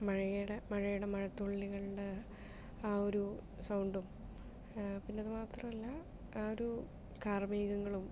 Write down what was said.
മഴയുടെ മഴയുടെ മഴത്തുള്ളികളുടെ ആ ഒരു സൗണ്ടും പിന്നെ അത് മാത്രല്ല ആ ഒരു കാർമേഘങ്ങളും